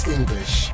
English